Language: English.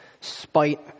spite